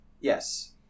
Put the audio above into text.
Yes